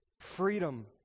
Freedom